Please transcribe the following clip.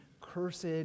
Cursed